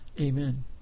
Amen